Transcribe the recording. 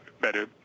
better